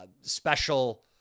special